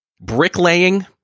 Bricklaying